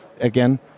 again